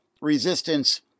Resistance